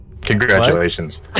Congratulations